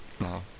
No